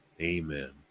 Amen